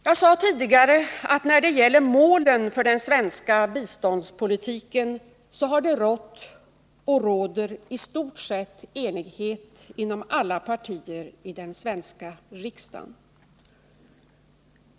Jag sade tidigare att när det gäller målen för den svenska biståndspolitiken har det i stort sett rått och råder enighet inom alla partier i den svenska riksdagen.